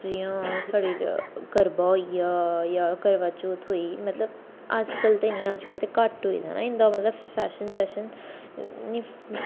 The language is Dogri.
जि'यां साढ़ी करवा होइया जां करवाचौथ होई मतलब अज्जकल ते नेईं अज्जकल घट्ट होई दा ना इं'दा मतलब फैशन शैशन निं